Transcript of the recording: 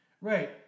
Right